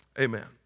Amen